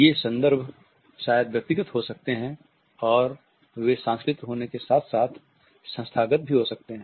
ये संदर्भ शायद व्यक्तिगत हो सकते हैं और वे सांस्कृतिक होने के साथ साथ संस्था गत भी हो सकते हैं